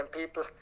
people